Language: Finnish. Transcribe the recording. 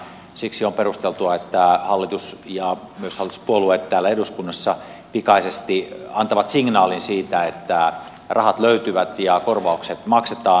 siksi on perusteltua että hallitus ja myös hallituspuolueet täällä eduskunnassa pikaisesti antavat signaalin siitä että rahat löytyvät ja korvaukset maksetaan